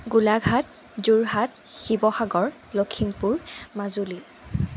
Golaghat Jorhat Sivasagar Lakhimpur Majuli